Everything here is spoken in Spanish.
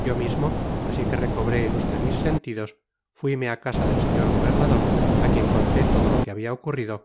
yo mismo asi que recobre el uso de mis sentidos fuime á casa del señor gobernador á quien conté todo lo que habia ocurrido